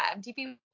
MTP